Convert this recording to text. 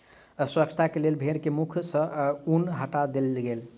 स्वच्छता के लेल भेड़ के मुख सॅ ऊन हटा देल गेल